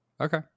Okay